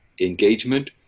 engagement